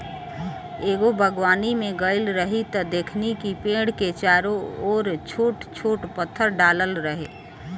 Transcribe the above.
एगो बागवानी में गइल रही त देखनी कि पेड़ के चारो ओर छोट छोट पत्थर डालल रहे